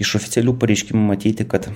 iš oficialių pareiškimų matyti kad